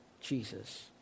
Jesus